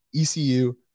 ECU